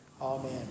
Amen